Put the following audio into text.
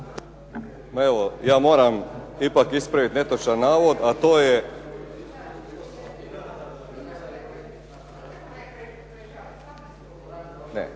evo ja moram ipak ispraviti netočan navod, a to je.